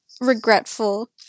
regretful